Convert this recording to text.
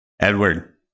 Edward